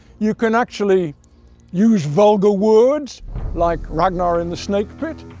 you can actually use vulgar words like ragnar in the snake pit,